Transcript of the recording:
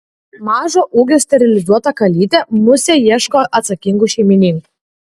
mažo ūgio sterilizuota kalytė musė ieško atsakingų šeimininkų